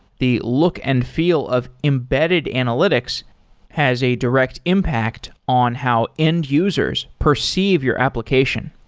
the look and feel of embedded analytics has a direct impact on how end-users perceive your application.